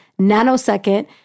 Nanosecond